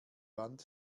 wand